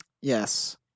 Yes